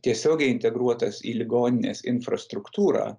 tiesiogiai integruotas į ligoninės infrastruktūrą